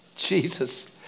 Jesus